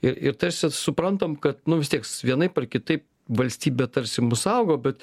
ir ir tarsi suprantam kad nu vis tieks vienaip ar kitaip valstybė tarsi mus saugo bet